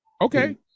Okay